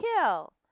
kill